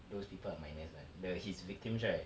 those people are minors or not the his victims right